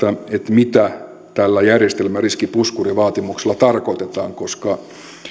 mitä tällä järjestelmäriskipuskurivaatimuksella tarkoitetaan koska